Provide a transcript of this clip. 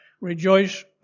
Rejoice